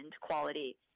quality